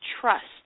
trust